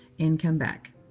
and come back.